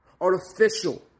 artificial